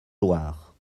loire